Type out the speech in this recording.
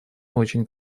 очень